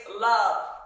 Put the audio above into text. love